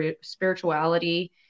spirituality